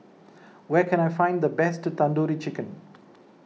where can I find the best Tandoori Chicken